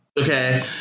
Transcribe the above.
Okay